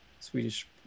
swedish